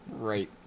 right